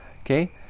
okay